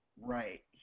Right